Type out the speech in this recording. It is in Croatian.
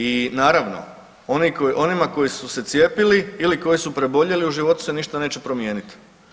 I naravno, onima koji su se cijepili ili koji su preboljeli u životu se ništa neće promijenit.